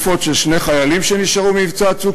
יש לנו גופות של שני חיילים שנשארו ממבצע "צוק